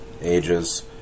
ages